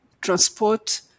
transport